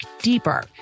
deeper